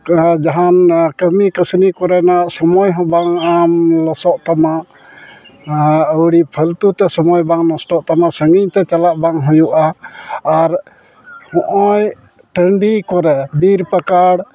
ᱚᱱᱟ ᱡᱟᱦᱟᱸ ᱠᱟᱹᱢᱤᱼᱠᱟᱹᱥᱱᱤ ᱠᱚᱨᱮᱱᱟᱜ ᱥᱚᱢᱚᱭ ᱵᱟᱝ ᱞᱚᱥᱚᱜ ᱛᱟᱢᱟ ᱟᱨ ᱟᱹᱣᱲᱤ ᱯᱷᱟᱹᱞᱛᱩ ᱛᱮ ᱥᱚᱢᱚᱭ ᱵᱟᱝ ᱱᱚᱥᱴᱚᱜ ᱛᱟᱢᱟ ᱥᱟᱺᱜᱤᱧ ᱛᱮ ᱪᱟᱞᱟᱜ ᱵᱟᱝ ᱦᱩᱭᱩᱜᱼᱟ ᱟᱨ ᱱᱚᱜᱼᱚᱭ ᱴᱟᱺᱰᱤ ᱠᱚᱨᱮ ᱵᱤᱨ ᱯᱟᱠᱟᱲ